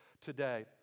today